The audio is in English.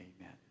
Amen